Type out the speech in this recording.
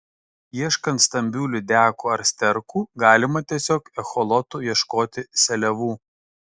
ieškant stambių lydekų ar sterkų galima tiesiog echolotu ieškoti seliavų